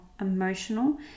emotional